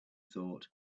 thought